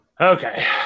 Okay